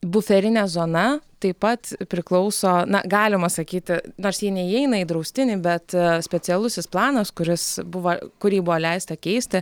buferinė zona taip pat priklauso na galima sakyti nors ji neįeina į draustinį bet specialusis planas kuris buvo kurį buvo leista keisti